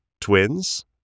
twins